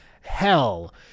hell